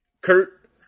Kurt